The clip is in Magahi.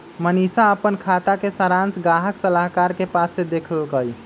मनीशा अप्पन खाता के सरांश गाहक सलाहकार के पास से देखलकई